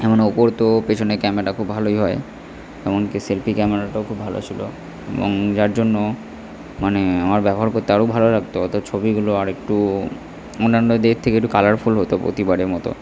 যেমন ওপোর তো পেছনে ক্যামেরা খুব ভালোই হয় এমনকি সেলফি ক্যামেরাটাও খুব ভালো ছিল এবং যার জন্য মানে আমার ব্যবহার করতে আরও ভালো লাগত তার ছবিগুলো আর একটু অন্যান্যদের থেকে একটু কালারফুল হতো প্রতিবারের মতো